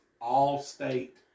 All-State